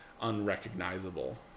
unrecognizable